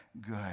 good